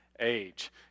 age